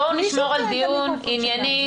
בואו נשמור על דיון ענייני,